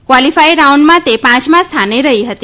કવોલીફાઈવ રાઉન્ડમાં તે પાંચમાં સ્થાને રહી હતી